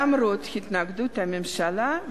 למרות התנגדות הממשלה,